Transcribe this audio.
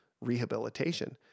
rehabilitation